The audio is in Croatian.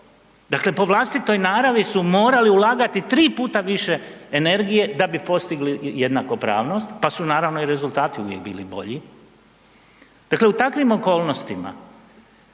dakle po vlastitoj naravi su morali ulagati 3 puta više energije da bi postigli jednakopravnost, pa su naravno i rezultati uvijek bili bolji. Dakle, u takvim okolnostima